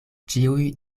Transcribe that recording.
ĉiuj